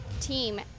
team